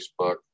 Facebook